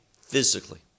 physically